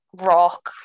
rock